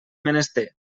menester